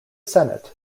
senate